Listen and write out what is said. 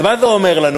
אז מה זה אומר לנו?